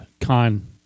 con